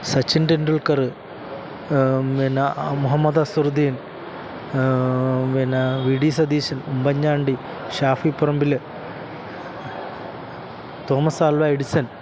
സച്ചിന് ടെണ്ടുൽക്കർ പിന്നെ മുഹമ്മദ് അസറുദ്ദീന് പിന്നെ V D Satheesan Oommen Chandy Shafi Parambil Thomas Alva Edison